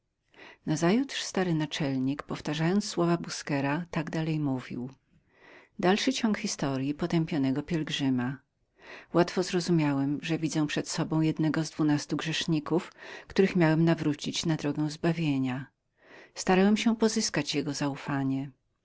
nazajutrz stary naczelnik powtarzając słowa busquera tak dalej mówił z łatwością zrozumiałem że widziałem przed sobą jednego z dwunastu grzeszników których miałem nawrócić na drogę zbawienia starałem się pozyskać jego zaufanie